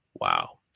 Wow